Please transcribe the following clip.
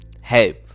help